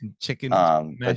chicken